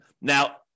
Now